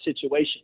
situation